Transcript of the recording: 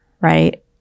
right